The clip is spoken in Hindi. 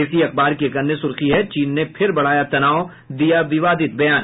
इसी अखबार की एक अन्य सुर्खी है चीन ने फिर बढ़ाया तनाव दिया विवादित बयान